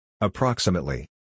Approximately